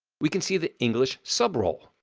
we can see the english sub-role.